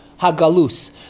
hagalus